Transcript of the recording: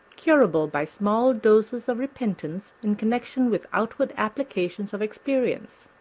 curable by small doses of repentance in connection with outward applications of experience.